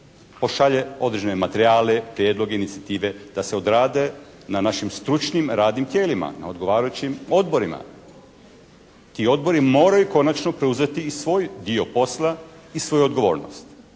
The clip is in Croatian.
pošalje određene materijale, prijedloge, inicijative da se odrade na našim stručnim radnim tijelima, na odgovarajućim odborima. Ti odbori moraju konačno preuzeti i svoj dio posla i svoju odgovornost,